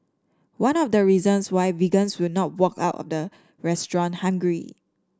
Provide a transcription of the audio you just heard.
one of the reasons why vegans will not walk out of the restaurant hungry